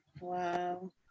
Wow